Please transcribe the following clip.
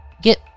get